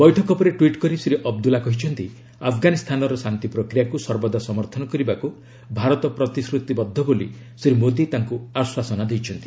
ବୈଠକ ପରେ ଟ୍ୱିଟ୍ କରି ଶ୍ରୀ ଅବଦୁଲ୍ଲା କହିଛନ୍ତି ଆଫ୍ଗାନିସ୍ତାନର ଶାନ୍ତି ପ୍ରକ୍ରିୟାକୁ ସର୍ବଦା ସମର୍ଥନ କରିବାକୁ ଭାରତ ପ୍ରତିଶ୍ରତିବଦ୍ଧ ବୋଲି ଶ୍ରୀ ମୋଦୀ ତାଙ୍କୁ ଆଶ୍ୱାସନା ଦେଇଛନ୍ତି